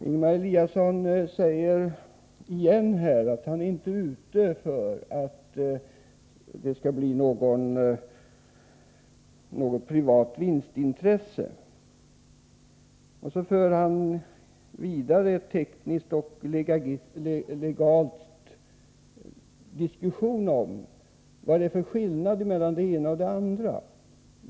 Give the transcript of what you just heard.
Ingemar Eliasson säger på nytt att han inte är ute efter något privat vinstintresse, och så för han en teknisk och legal diskussion om vad det är för skillnad mellan det ena och det andra.